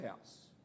house